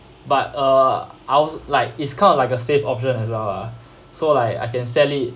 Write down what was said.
but uh I was like it's kind of like a safe option as well lah so like I can sell it